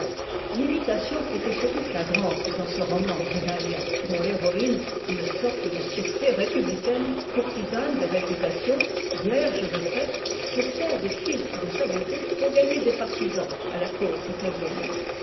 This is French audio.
l'imitation était surtout flagrante dans ce roman d'idalia dont l'héroïne une sorte de gircé républicaine courtisane de réputation vierge de fait se sert des philtres de sa beauté pour gagner des partisans à la cause italienne